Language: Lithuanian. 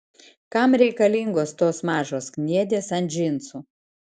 kam reikalingos tos mažos kniedės ant džinsų